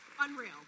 unreal